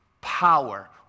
power